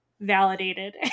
validated